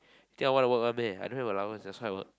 you think I wanna work [one] meh I don't have allowance that's why I work